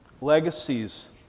legacies